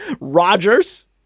Rogers